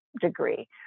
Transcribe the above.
degree